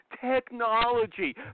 technology